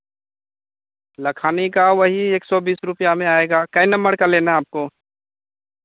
लखानी का वही एक सौ बीस रुपैया में आएगा कै नंबर का लेना है आपको